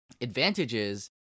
advantages